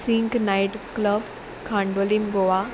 sink night club Candolim Goa